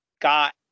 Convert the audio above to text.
got